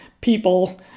people